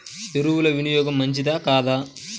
ఎరువుల వినియోగం మంచిదా కాదా?